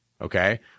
Okay